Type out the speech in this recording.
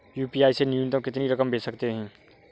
UPI से न्यूनतम कितनी रकम भेज सकते हैं?